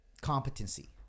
competency